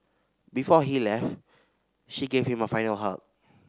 before he left she gave him a final hug